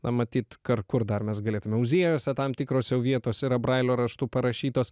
na matyt kar kur dar mes galėtumėme muziejuose tam tikruose vietos yra brailio raštu parašytos